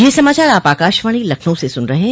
ब्रे क यह समाचार आप आकाशवाणी लखनऊ से सून रहे हैं